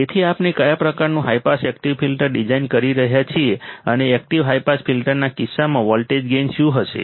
તેથી આપણે કયા પ્રકારનું high pass active filter design કરી શકીએ છીએ અને એકટીવ હાઈ પાસ ફિલ્ટર્સના કિસ્સામાં વોલ્ટેજ ગેઇન શું હશે